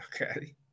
Okay